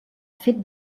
fet